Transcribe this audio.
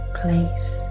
place